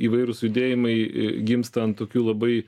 įvairūs judėjimai i gimsta ant tokių labai